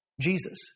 Jesus